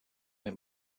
make